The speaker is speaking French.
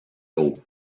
haut